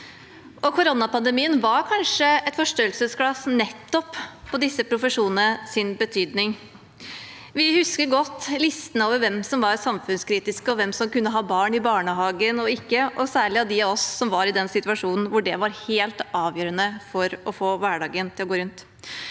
Koronapandemien var kanskje et forstørrelsesglass på disse profesjonenes betydning. Vi husker godt listene over hvem som var samfunnskritiske, og hvem som kunne ha barn i barnehagen og ikke, særlig de av oss som var i den situasjonen at det var helt avgjørende for å få hverdagen til å gå rundt.